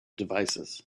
devices